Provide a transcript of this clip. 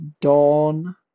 Dawn